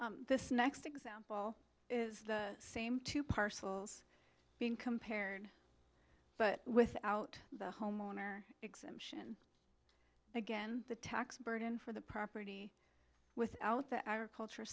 tax this next example is the same two parcels being compared but without the homeowner again the tax burden for the property without the agriculture